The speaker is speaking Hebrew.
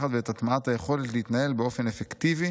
הפחד ואת הטמעת היכולת להתנהל באופן אפקטיבי